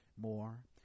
more